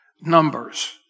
numbers